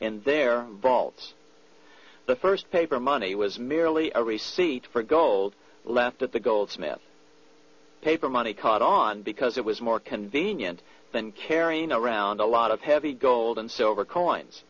vaults the first paper money was merely a receipt for gold left that the goldsmith paper money caught on because it was more convenient than carrying around a lot of heavy gold and silver coins